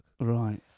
Right